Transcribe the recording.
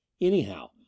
Anyhow